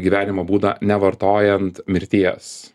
gyvenimo būdą nevartojant mirties